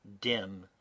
dim